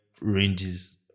ranges